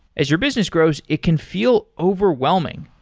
as your business grows, it can feel overwhelming.